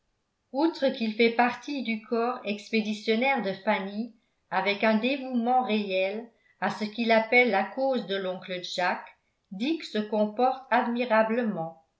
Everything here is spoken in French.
outre qu'il fait partie du corps expéditionnaire de fanny avec un dévoûment réel à ce qu'il appelle la cause de l'oncle jack dick se comporte admirablement